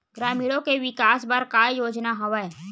ग्रामीणों के विकास बर का योजना हवय?